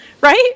right